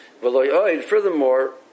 furthermore